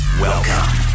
Welcome